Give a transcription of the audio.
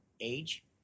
Age